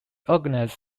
organised